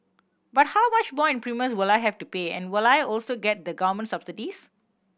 but how much more in premiums will I have to pay and will I also get the government subsidies